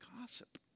Gossip